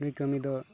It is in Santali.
ᱱᱩᱭ ᱠᱟᱹᱢᱤ ᱫᱚ